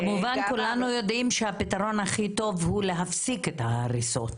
כמובן שכולנו יודעים שהפתרון הטוב ביותר הוא להפסיק את ההריסות.